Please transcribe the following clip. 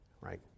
right